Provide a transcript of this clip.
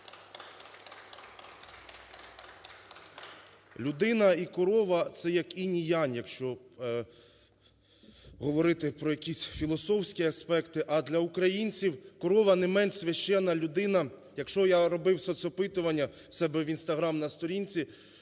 Людина і корова – це як інь і янь, якщо говорити про якісь філософські аспекти. А для українців корова не менш священна тварина. Якщо я робив соцопитування у себе в Інстаграм на сторінці,